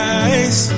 eyes